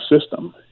system